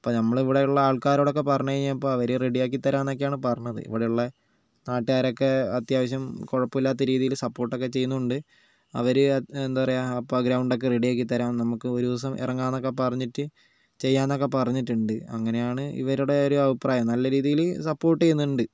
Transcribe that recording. അപ്പം നമ്മൾ ഇവിടെയുള്ള ആൾക്കാരോടൊക്കെ പറഞ്ഞു കഴിഞ്ഞപ്പം അവർ റെഡിയാക്കിത്തരാമെന്നൊക്കെയാണ് പറഞ്ഞത് ഇവിടെയുള്ള നാട്ടുകാരൊക്കെ അത്യാവശ്യം കുഴപ്പമില്ലാത്ത രീതിയിൽ സപ്പോർട്ട് ഒക്കെ ചെയ്യുന്നുണ്ട് അവർ എന്താ പറയുക അപ്പോൾ ആ ഗ്രൗണ്ട് ഒക്കെ റെഡി ആക്കിത്തരാം നമുക്ക് ഒരു ദിവസം ഇറങ്ങാമെന്നൊക്കെ പറഞ്ഞിട്ട് ചെയ്യാമെന്നൊക്കെ പറഞ്ഞിട്ടുണ്ട് അങ്ങനെയാണ് ഇവരുടെ ഒരു അഭിപ്രായം നല്ല രീതിയിൽ സപ്പോർട്ട് ചെയ്യുന്നുണ്ട്